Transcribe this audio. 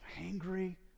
angry